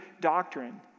doctrine